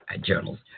journals